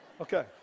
Okay